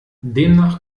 demnach